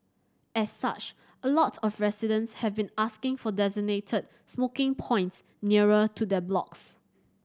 as such a lot of residents have been asking for designated smoking points nearer to their blocks